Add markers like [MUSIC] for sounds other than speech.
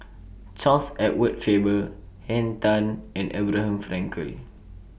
[NOISE] Charles Edward Faber Henn Tan and Abraham Frankel